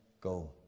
go